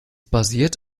basiert